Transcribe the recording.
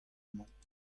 mañ